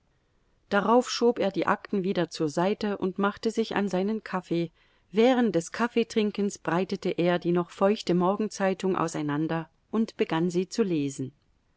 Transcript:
darauf schob er die akten wieder zur seite und machte sich an seinen kaffee während des kaffeetrinkens breitete er die noch feuchte morgenzeitung auseinander und begann sie zu lesen